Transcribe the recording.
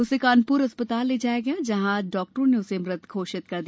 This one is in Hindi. उसे कानपुर अस्पताल ले जाया गया जहां चिकित्सकों ने उसे मृत घोषित कर दिया